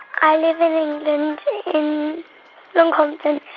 i live in england in wincanton.